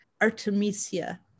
Artemisia